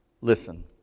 listen